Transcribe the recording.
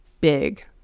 big